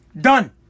Done